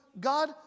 God